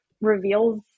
reveals